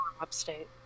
upstate